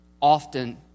often